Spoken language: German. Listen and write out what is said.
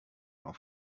auf